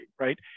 right